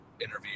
interview